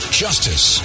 justice